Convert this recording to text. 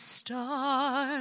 star